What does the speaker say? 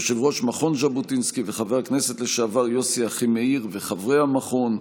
יושב-ראש מכון ז'בוטינסקי וחבר הכנסת לשעבר יוסי אחימאיר וחברי המכון,